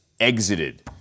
exited